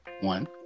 One